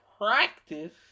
practice